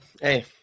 hey